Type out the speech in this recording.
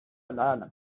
العالم